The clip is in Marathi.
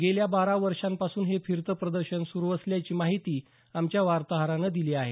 गेल्या बारा वर्षांपासून हे फिरतं प्रदर्शन सुरू असल्याची माहिती आमच्या वार्ताहरानं दिली आहे